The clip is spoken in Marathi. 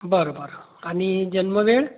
बरं बरं आणि जन्म वेळ